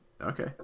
Okay